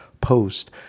post